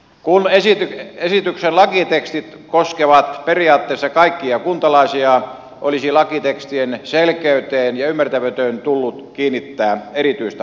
kun esityksen lakitekstit koskevat periaatteessa kaikkia kuntalaisia olisi lakitekstien selkeyteen ja ymmärrettävyyteen tullut kiinnittää erityistä huomiota